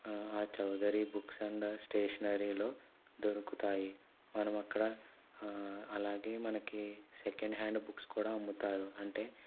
Chaudhary books and స్టేషనరీలో దొరుకుతాయి మనమక్కడ అలాగే మనకి సెకెండ్ హ్యాండ్ బుక్స్ కూడా అమ్ముతారు అంటే